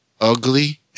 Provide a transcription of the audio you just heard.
ugly